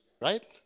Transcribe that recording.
right